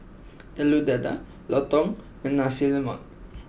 Telur Dadah Lontong and Nasi Lemak